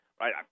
right